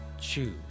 choose